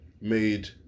made